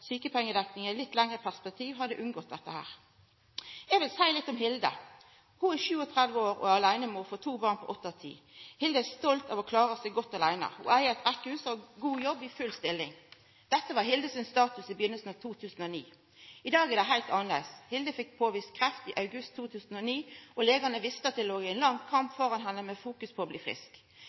unngått dette. Eg vil seia litt om Hilde. Ho er 37 år og aleinemor for to barn, på 8 og 10 år. Hilde er stolt av å klara seg godt aleine. Ho eig eit rekkjehus og har god jobb, er i full stilling. Dette var Hildes status i begynninga av 2009. I dag er det heilt annleis. Hilde fekk påvist kreft i august 2009. Legane visste at det låg ein lang kamp framfor ho, med fokusering på å bli frisk.